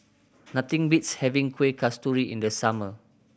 nothing beats having Kueh Kasturi in the summer